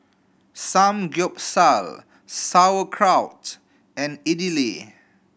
Samgyeopsal Sauerkraut and Idili